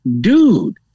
Dude